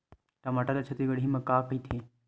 टमाटर ला छत्तीसगढ़ी मा का कइथे?